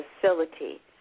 facility